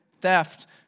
theft